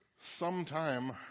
sometime